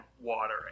water